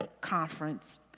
conference